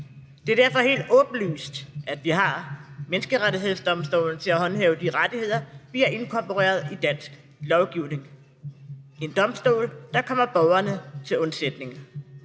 Det er derfor helt åbenlyst, at vi har Menneskerettighedsdomstolen til at håndhæve de rettigheder, vi har inkorporeret i dansk lovgivning; en domstol, der kommer borgerne til undsætning.